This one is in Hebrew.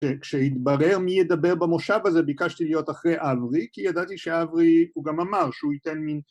‫כשהתברר מי ידבר במושב הזה, ‫ביקשתי להיות אחרי אברי, ‫כי ידעתי אעברי, ‫הוא גם אמר, שהוא ייתן מין...